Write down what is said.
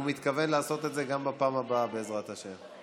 והוא מתכוון לעשות את זה גם בפעם הבאה, בעזרת השם.